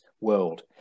world